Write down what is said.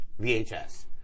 VHS